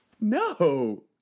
No